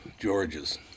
Georges